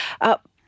up